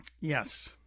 Yes